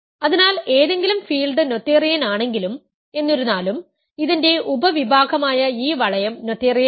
അതിനാൽ ഏതെങ്കിലും field Noetherian ആണെങ്കിലും എന്നിരുന്നാലും ഇതിന്റെ ഉപവിഭാഗമായ ഈ വളയം നോതെറിയൻ അല്ല